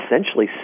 essentially